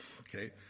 Okay